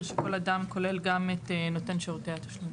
שכל אדם כולל גם את נותן שירותי התשלום.